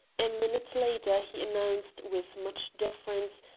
a minute later he announced, with much deference,